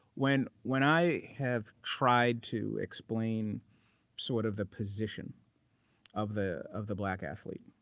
when when i have tried to explain sort of the position of the of the black athlete,